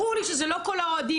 ברור לי שזה לא כל האוהדים,